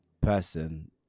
person